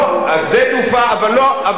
שדה התעופה בלוד, שדה התעופה.